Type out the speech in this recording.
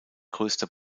größter